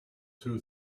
two